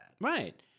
right